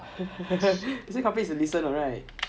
they say probably is a listen